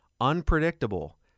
unpredictable